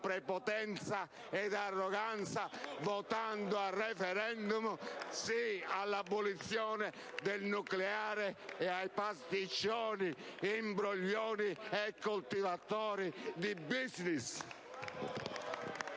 prepotenza e arroganza votando sì al *referendum* per l'abolizione del nucleare e contro i pasticcioni, imbroglioni e coltivatori di *business*.